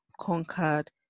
conquered